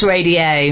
Radio